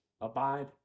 abide